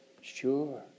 Sure